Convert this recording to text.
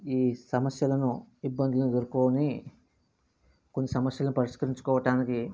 ఈ సమస్యలను ఇబ్బందులను ఎదుర్కొని కొన్ని సమస్యలను పరిష్కరించుకోవటానికి